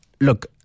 Look